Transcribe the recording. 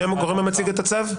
מי הגורם המציג את הצו?